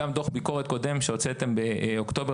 גם דוח הביקורת הקודם שהוצאתם באוקטובר